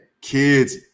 kids